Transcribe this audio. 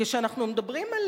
כשאנחנו מדברים על